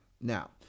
now